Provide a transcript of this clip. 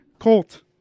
Colt